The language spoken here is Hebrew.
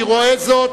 אני רואה זאת.